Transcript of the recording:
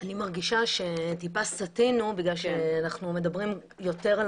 אני מרגישה שטיפה סטינו בגלל שאנחנו מדברים יותר על